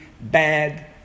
bad